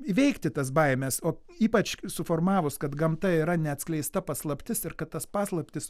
įveikti tas baimes o ypač suformavus kad gamta yra neatskleista paslaptis ir kad tas paslaptis